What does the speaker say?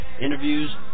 interviews